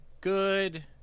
good